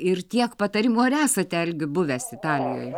ir tiek patarimų ar esate algi buvęs italijoj